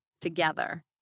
together